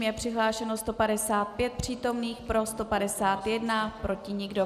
Je přihlášeno 155 přítomných, pro 151, proti nikdo.